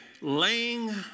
laying